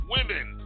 Women